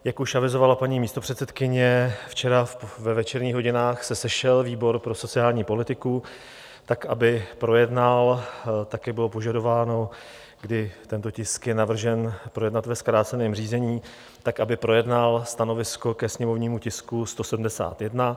Jak už avizovala paní místopředsedkyně, včera ve večerních hodinách se sešel výbor pro sociální politiku tak, aby projednal tak jak bylo požadováno, kdy tento tisk je navržen projednat ve zkráceném řízení stanovisko ke sněmovnímu tisku 171.